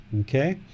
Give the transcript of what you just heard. Okay